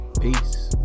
peace